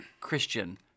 Christian